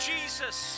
Jesus